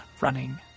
running